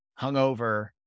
hungover